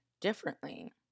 differently